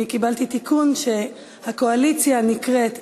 אני קיבלתי תיקון שהקואליציה נקראת יַחְדָּה,